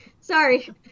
Sorry